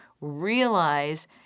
realize